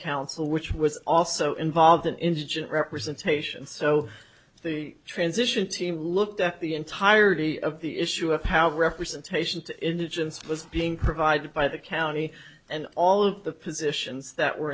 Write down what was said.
council which was also involved in indigent representation so the transition team looked at the entirety of the issue of how representation to indigence was being provided by the county and all of the positions that were